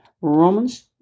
Romans